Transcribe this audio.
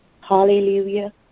hallelujah